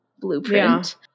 blueprint